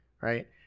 right